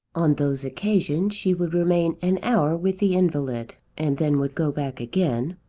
on those occasions she would remain an hour with the invalid, and then would go back again,